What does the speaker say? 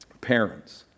parents